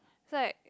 so I